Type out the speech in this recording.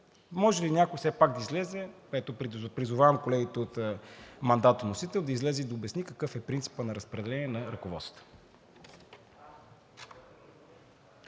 Може ли някой все пак да излезе – призовавам колегите мандатоносители – да обясни какъв е принципът на разпределение на ръководствата?